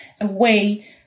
away